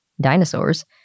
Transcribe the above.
dinosaurs